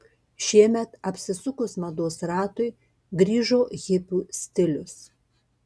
šįmet apsisukus mados ratui grįžo hipių stilius